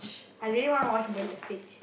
I really want to watch burn the stage